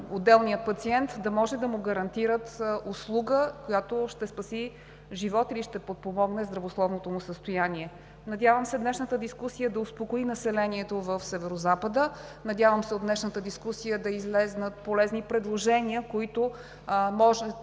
при необходимост да може да му гарантират услуга, която ще спаси живот или ще подпомогне здравословното му състояние. Надявам се днешната дискусия да успокои населението в Северозапада, надявам се от днешната дискусия да излязат полезни предложения, които може